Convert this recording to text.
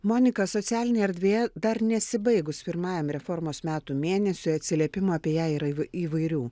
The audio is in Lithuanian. monika socialinėje erdvėje dar nesibaigus pirmajam reformos metų mėnesiui atsiliepimų apie ją yra įv įvairių